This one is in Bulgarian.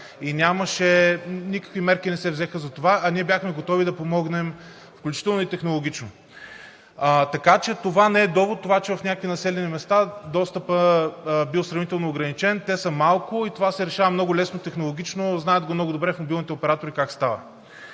и никакви мерки не се взеха за това, а ние бяхме готови да помогнем, включително и технологично. Така че това не е довод, че в някакви населени места достъпът бил сравнително ограничен, те са малко и това се решава много лесно технологично, знаят го много добре мобилните оператори как става.